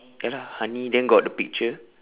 ya lah honey then got the picture